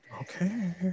Okay